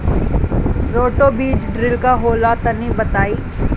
Roto बीज drill का होला तनि बताई?